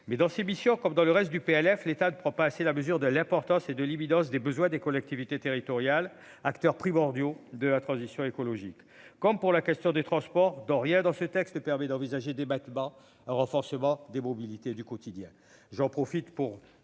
mais dans ses missions, comme dans le reste du PLF, l'État ne prend pas assez la mesure de l'importance et de l'imminence des besoins des collectivités territoriales, acteurs primordiaux de la transition écologique comme pour la question des transports Doria dans ce texte. Le permet d'envisager des battements, renforcement des mobilités du quotidien.